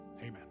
Amen